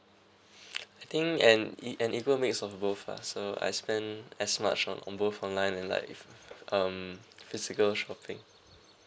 I think and it and it equals makes of both lah I spent as much on on both online like um physical shopping